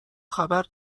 خبر